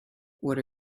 what